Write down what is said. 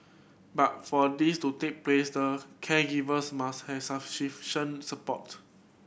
but for this to take place the caregivers must have support